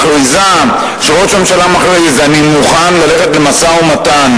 שראש הממשלה מכריז שהוא מוכן ללכת למשא-ומתן